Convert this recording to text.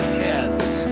heads